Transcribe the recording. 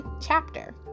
Chapter